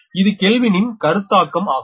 இது கெல்வினின் கருத்தாக்கம் ஆகும்